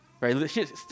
right